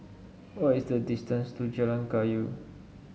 what is the distance to Jalan Kayu